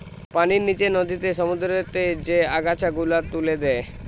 পানির নিচে নদীতে, সমুদ্রতে যে আগাছা গুলা তুলে দে